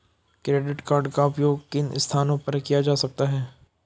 Credit card का उपयोग किन स्थानों पर किया जा सकता है?